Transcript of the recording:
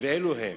ואלו הם: